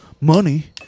money